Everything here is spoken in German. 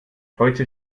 heute